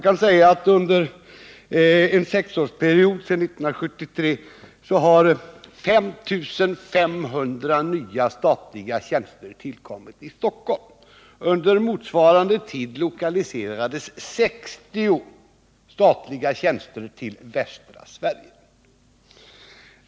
Under sexårsperioden sedan 1973 har 5 500 nya statliga tjänster tillkommit i Stockholm medan under motsvarande tid 60 statliga tjänster lokaliserats till västra Sverige.